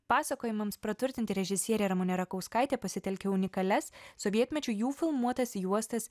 pasakojimams praturtinti režisierė ramunė rakauskaitė pasitelkia unikalias sovietmečiu jų filmuotas juostas